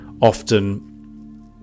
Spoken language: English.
often